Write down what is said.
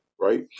right